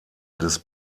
des